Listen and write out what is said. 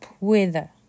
Weather